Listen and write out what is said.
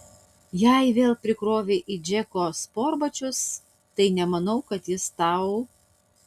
jei vėl prikrovei į džeko sportbačius tai nemanau kad jis tau